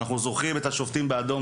ואנחנו זוכרים את "השופטים באדום",